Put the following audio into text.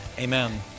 Amen